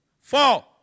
Four